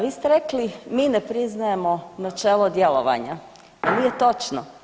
Vi ste rekli, mi ne priznajemo načelo djelovanja, nije točno.